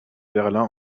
berlin